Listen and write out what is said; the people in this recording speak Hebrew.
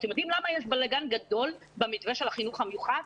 אתם יודעים למה יש בלגן גדול במתווה של החינוך המיוחד?